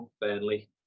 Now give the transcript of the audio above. Burnley